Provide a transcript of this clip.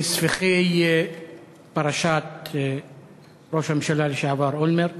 מספיחי פרשת ראש הממשלה לשעבר אולמרט.